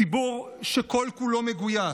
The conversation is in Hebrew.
ציבור שכל-כולו מגויס,